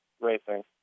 racing